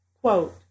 Quote